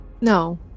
No